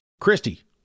Christy